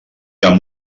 amb